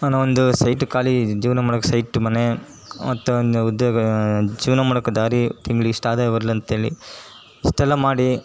ನನ್ನ ಒಂದು ಸೈಟ್ ಖಾಲಿ ಜೀವನ ಮಾಡಕ್ಕೆ ಸೈಟ್ ಮನೆ ಮತ್ತೊಂದು ಉದ್ಯೋಗ ಜೀವನ ಮಾಡಕ್ಕೆ ದಾರಿ ತಿಂಗ್ಳ್ಗೆ ಇಷ್ಟು ಆದಾಯ ಬರ್ಲಿ ಅಂತೇಳಿ ಇಷ್ಟೆಲ್ಲ ಮಾಡಿ